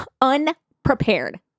Unprepared